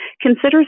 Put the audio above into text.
Consider